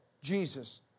Jesus